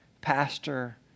pastor